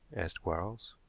asked quarles.